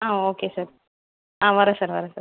ஆ okay sir ஆ வரேன் sir வரேன் சார்